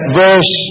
verse